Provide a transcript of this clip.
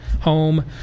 home